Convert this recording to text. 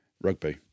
rugby